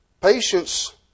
Patience